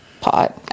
pot